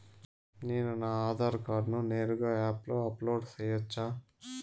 నేను నా ఆధార్ కార్డును నేరుగా యాప్ లో అప్లోడ్ సేయొచ్చా?